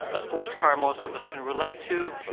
a sports car most of us can relate to,